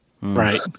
Right